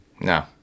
No